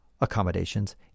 accommodations